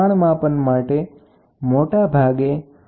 તો દબાણના તફાવતના માપનને ઇન્ડસ્ટ્રીઅલ બેલો ગેજીસ કહે છે